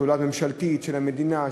פעולה ממשלתית של המדינה,